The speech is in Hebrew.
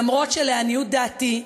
אף שלעניות דעתי,